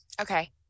Okay